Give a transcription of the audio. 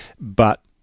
but-